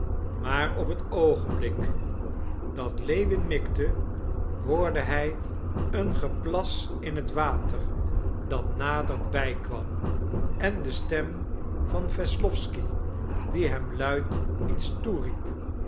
maar op het oogenblik dat lewin mikte hoorde hij een geplas in het water dat nader bij kwam en de stem van wesslowsky die hem luid iets toeriep